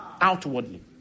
outwardly